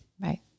Right